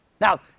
Now